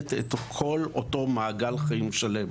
שנותנת את כל מעגל החיים השלם.